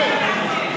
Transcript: גם את זה לקחתם.